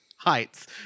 Heights